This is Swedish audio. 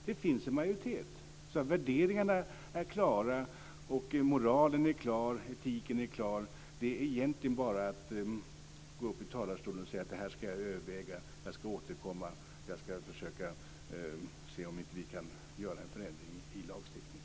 Det finns en majoritet. Värderingarna är klara, moralen är klar och etiken är klar. Det är egentligen bara att gå upp i talarstolen och säga: Det här skall jag överväga. Jag skall återkomma och försöka se om vi inte kan göra en förändring i lagstiftningen.